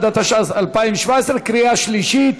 61), התשע"ז 2017, בקריאה שלישית.